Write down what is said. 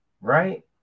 right